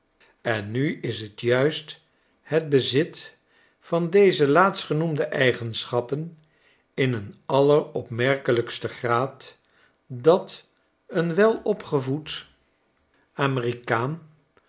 en nu is t juist het bezit van deze laatstgenoemde eigenschappen in een alleropmerkelijksten graad dat een welopgevoed schetsen uit amerika amerikaan